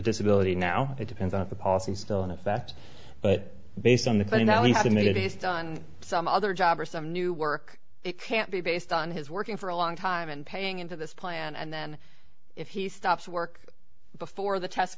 disability now it depends on the policy still in effect but based on the plane at least admit he's done some other job or some new work it can't be based on his working for a long time and paying into this plan and then if he stops work before the test